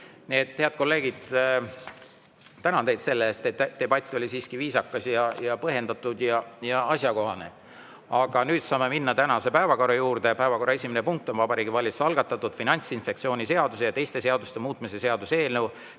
et, head kolleegid, tänan teid selle eest, et debatt oli siiski viisakas. Ja see oli põhjendatud ja asjakohane. Aga nüüd saame minna tänase päevakorra juurde. Päevakorra esimene punkt on Vabariigi Valitsuse algatatud Finantsinspektsiooni seaduse ja teiste seaduste muutmise seaduse eelnõu